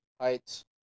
Heights